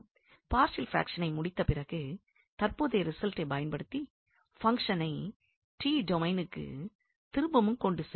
partial பிராக்ஷனை முடித்த பின்பு தற்போதைய ரிசல்ட்டைப் பயன்படுத்தி பங்ஷனை t டொமெய்னுக்கு திரும்பவும் கொண்டு செல்கிறோம்